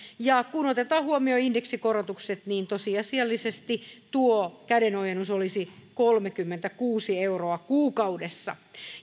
ja kun otetaan huomioon indeksikorotukset niin tosiasiallisesti tuo kädenojennus olisi kolmekymmentäkuusi euroa kuukaudessa